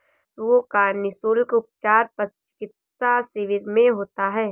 पशुओं का निःशुल्क उपचार पशु चिकित्सा शिविर में होता है